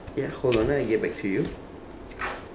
ya hold on ah I get back to you